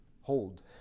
Hold